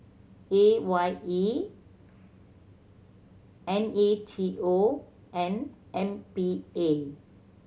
A Y E N A T O and M P A